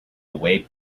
away